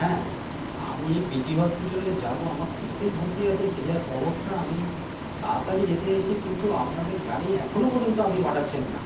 হ্যাঁ আমি পিজি হসপিটালে যাব আমার পেশেন্ট ভর্তি আছে সিরিয়াস অবস্থা আমি তাড়াতাড়ি যেতে চাইছি কিন্তু আপনাদের গাড়ি এখনও পর্যন্ত আপনি পাঠাচ্ছেন না